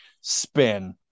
spin